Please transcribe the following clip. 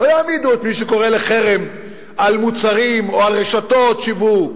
לא יעמידו את מי שקורא לחרם על מוצרים או על רשתות שיווק